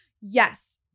Yes